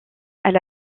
elle